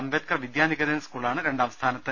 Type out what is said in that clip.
അംബേദ്കർ വിദ്യാനികേതൻ സ്കൂളാണ് രണ്ടാം സ്ഥാനത്ത്